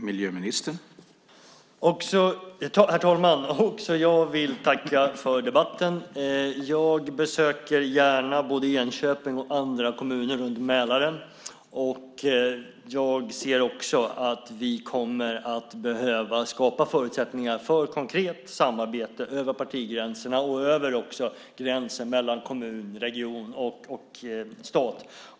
Herr talman! Också jag vill tacka för debatten. Jag besöker gärna både Enköping och andra kommuner runt Mälaren. Även jag ser att vi kommer att behöva skapa förutsättningar för ett konkret samarbete över partigränserna liksom över gränsen mellan kommun, region och stat.